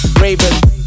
Raven